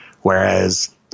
Whereas